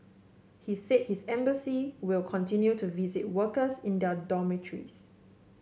he said his embassy will continue to visit workers in their dormitories